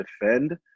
defend